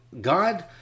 God